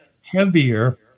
heavier